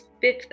Fifth